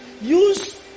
use